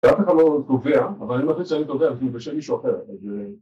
‫אף אחד לא תובע, אבל אני מאמין ‫שאני תובע בשביל מישהו אחר. אז...